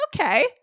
Okay